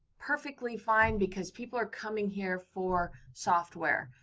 perfectly fine. because people are coming here for software.